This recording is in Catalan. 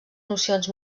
nocions